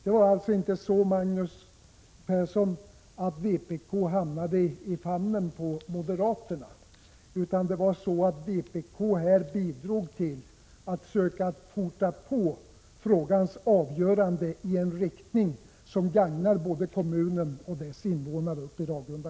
Det var alltså inte så, Magnus Persson, att vpk hamnade i famnen på moderaterna, utan vpk bidrog här till att skynda på frågans avgörande i en riktning som gagnar både kommunen och dess invånare uppe i Ragunda.